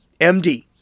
MD